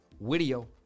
video